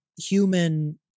human